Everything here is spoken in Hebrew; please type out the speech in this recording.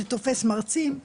זה תופס גם מרצים.